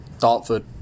Dartford